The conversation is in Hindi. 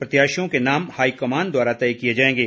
प्रत्याशियों के नाम हाईकमान द्वारा तय किए जाएंगे